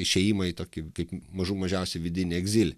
išėjimą į tokį kaip mažų mažiausiai vidinį egzilį